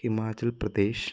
Himachal Pradesh